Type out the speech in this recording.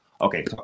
okay